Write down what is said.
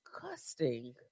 disgusting